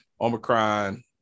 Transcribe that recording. Omicron